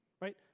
right